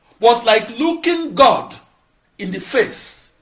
was like looking god in the face.